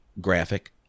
graphic